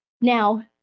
Now